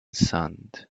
sand